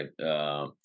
Right